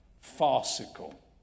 Farcical